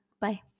Bye